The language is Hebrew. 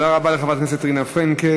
תודה רבה לחברת הכנסת רינה פרנקל.